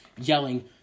yelling